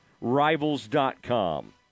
Rivals.com